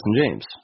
James